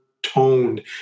toned